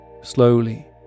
slowly